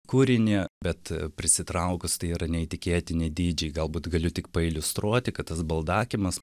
kūrinį bet prisitraukus tai yra neįtikėtini dydžiai galbūt galiu tik pailiustruoti kad tas baldakimas